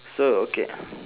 so okay